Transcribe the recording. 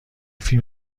فیلم